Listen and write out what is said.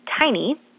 tiny